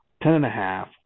Ten-and-a-half